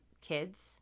kids